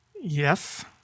Yes